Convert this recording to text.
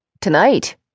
Tonight